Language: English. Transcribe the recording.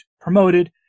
promoted